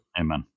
Amen